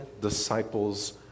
disciples